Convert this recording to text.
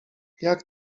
jak